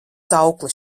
saukli